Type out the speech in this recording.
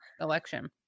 election